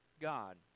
God